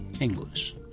English